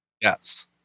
Yes